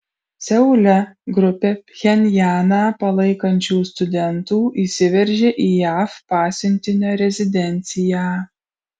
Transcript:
seule grupė pchenjaną palaikančių studentų įsiveržė į jav pasiuntinio rezidenciją